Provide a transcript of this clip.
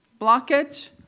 blockage